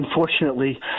Unfortunately